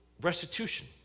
Restitution